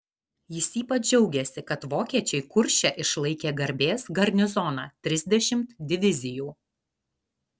jis ypač džiaugėsi kad vokiečiai kurše išlaikė garbės garnizoną trisdešimt divizijų